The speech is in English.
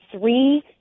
three